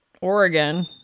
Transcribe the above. Oregon